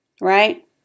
Right